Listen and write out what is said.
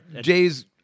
Jay's